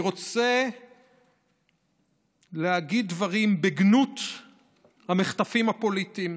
אני רוצה להגיד דברים בגנות המחטפים הפוליטיים,